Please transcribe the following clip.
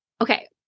okay